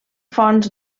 fonts